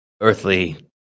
earthly